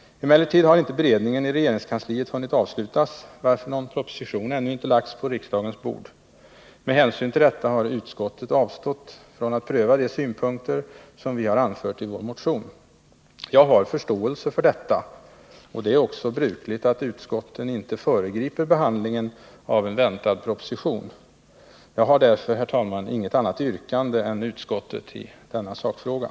Emellertid har inte beredningen i regeringskansliet hunnit avslutas, varför någon proposition ännu inte lagts på riksdagens bord. Med hänsyn till detta har utskottet avstått från att pröva de synpunkter som vi anfört i vår motion. Jag har förståelse för detta, och det är också brukligt att utskotten inte föregriper behandlingen av en väntad proposition. Jag har därför, herr talman, inget annat yrkande än utskottet i denna sakfråga.